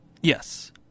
Yes